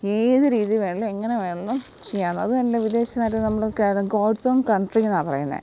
ഏത് രീതിയിൽ വേണമെങ്കിലും എങ്ങനെ വേണമെങ്കിലും ചെയ്യാവുന്നത് അതുമല്ല വിദേശ്യ നാട്ടിൽ നമ്മൾ ഗോഡ്സ് ഓൺ കൺട്രിയെന്നാണ് പറയുന്നത്